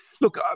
Look